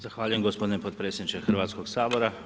Zahvaljujem gospodine potpredsjedniče Hrvatskog sabora.